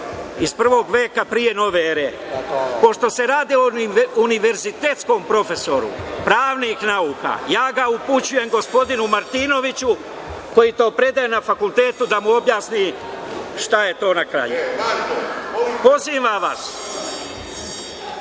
iz prvog veka pre nove ere. Pošto se radi o univerzitetskom profesoru pravnih nauka, ja ga upućujem gospodinu Martinoviću, koji to predaje na fakultetu, da mu objasni šta je to na kraju. Pozivam vas,